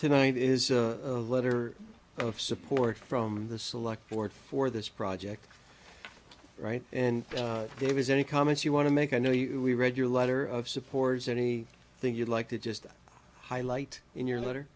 tonight is a letter of support from the select board for this project right and dave has any comments you want to make a new you we read your letter of supporters any thing you'd like to just highlight in your letter